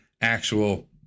actual